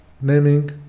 naming